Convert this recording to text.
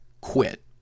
quit